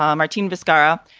um martine escarra,